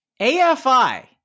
AFI